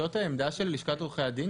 זאת העמדה הרשמית של לשכת עורכי הדין?